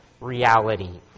reality